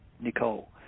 Nicole